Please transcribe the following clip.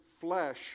flesh